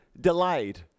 delayed